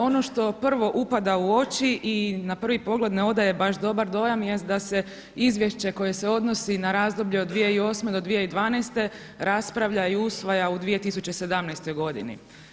Ono što prvo upada u oči i na prvi pogled ne odaje baš dobar dojam jest da se izvješće koje se odnosi na razdoblje od 2008. do 2012. raspravlja i usvaja u 2017. godini.